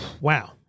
wow